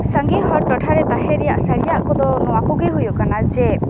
ᱥᱟᱸᱜᱮ ᱦᱚᱲ ᱴᱚᱴᱷᱟᱨᱮ ᱛᱟᱦᱮᱸᱨᱮᱭᱟᱜ ᱥᱟᱨᱤᱭᱟᱜ ᱠᱚᱫᱚ ᱱᱚᱶᱟ ᱠᱚᱜᱮ ᱦᱩᱭᱩᱜ ᱠᱟᱱᱟ ᱡᱮ